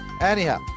anyhow